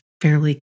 fairly